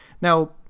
Now